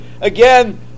again